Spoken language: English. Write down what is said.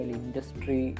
industry